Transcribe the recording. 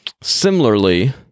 Similarly